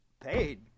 Paid